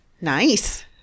Nice